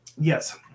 Yes